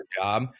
job